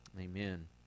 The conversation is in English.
amen